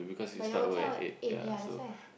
but your working hour eight ya that's why